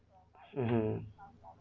mmhmm